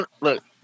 look